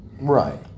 Right